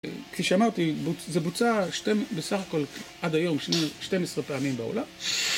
כפי שאמרתי, זה בוצע בסך הכל עד היום 12 פעמים בעולם.